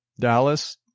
Dallas